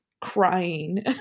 crying